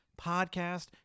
podcast